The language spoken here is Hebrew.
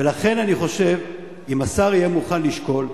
ולכן אני חושב, אם השר יהיה מוכן לשקול,